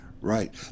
Right